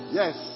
yes